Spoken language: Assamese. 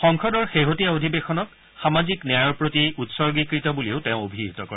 সংসদৰ শেহতীয়া অধিৱেশনক সামাজিক ন্যায়ৰ প্ৰতি উৎসৰ্গীকৃত বুলিও তেওঁ অভিহিত কৰে